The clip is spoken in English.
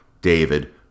David